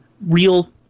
real—